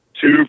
two